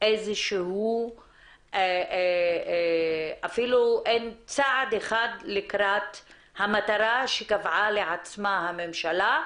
איזשהו - אפילו אין צעד אחד לקראת המטרה שקבעה לעצמה הממשלה.